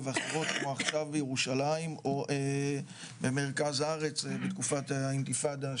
ואחרות כמו עכשיו בירושלים או במרכז הארץ בתקופת האינתיפאדה השנייה.